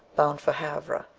bound for havre.